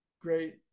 Great